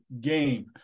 game